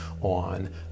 on